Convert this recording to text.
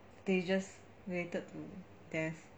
stages related to death